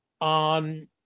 on